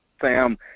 Sam